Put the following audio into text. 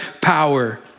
power